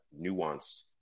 nuanced